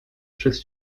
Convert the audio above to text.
przez